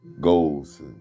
goals